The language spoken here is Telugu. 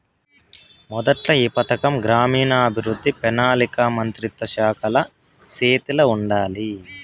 మొదట్ల ఈ పథకం గ్రామీణాభవృద్ధి, పెనాలికా మంత్రిత్వ శాఖల సేతిల ఉండాది